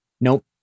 Nope